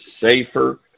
safer